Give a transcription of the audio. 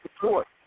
support